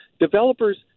developers